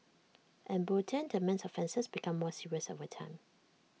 emboldened the man's offences became more serious over time